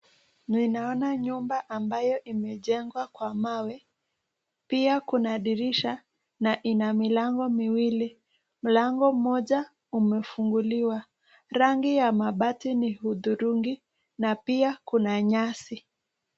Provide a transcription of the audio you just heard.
Ninaona nyumba ambayo imejengwa kwa mawe pia kuna dirisha na ina milango miwili, mlango mmoja umefunguliwa, rangi ya mabati ni udhurungi na pia kuna nyasi.